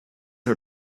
are